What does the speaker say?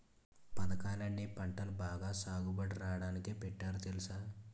పదకాలన్నీ పంటలు బాగా సాగుబడి రాడానికే పెట్టారు తెలుసా?